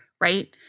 Right